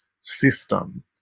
system